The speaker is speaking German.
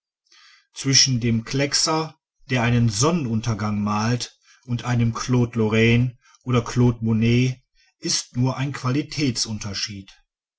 zwischen dem kleckser der einen sonnenuntergang malt und einem claude lorrain oder claude monet ist nur ein qualitätsunterschied